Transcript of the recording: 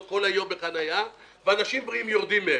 כל היום בחניה ואנשים בריאים יורדים מהן.